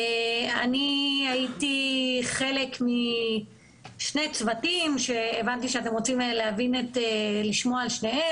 אני הייתי חלק משני צוותים והבנתי שאתם רוצים לשמוע על שניהם.